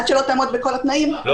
עד שלא תעמוד בכל התנאים,